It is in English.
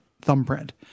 thumbprint